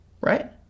right